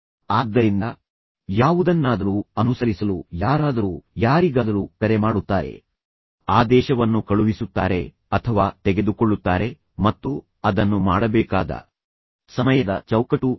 ಆದ್ದರಿಂದ ಇದು ಮತ್ತೆ ವ್ಯವಹಾರದ ಪರಿಸ್ಥಿತಿಯಾಗಿದ್ದರೆ ಯಾವುದನ್ನಾದರೂ ಅನುಸರಿಸಲು ಯಾರಾದರೂ ಯಾರಿಗಾದರೂ ಕರೆ ಮಾಡುತ್ತಾರೆ ಆದೇಶವನ್ನು ಕಳುಹಿಸುತ್ತಾರೆ ಅಥವಾ ಆದೇಶವನ್ನು ತೆಗೆದುಕೊಳ್ಳುತ್ತಾರೆ ಮತ್ತು ನಂತರ ಯಾವಾಗ ಅದನ್ನು ಮಾಡಬೇಕಾದ ಸಮಯದ ಚೌಕಟ್ಟು ಏನು